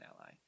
ally